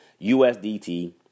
USDT